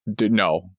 no